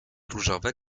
różowe